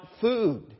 food